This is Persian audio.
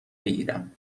بگیرم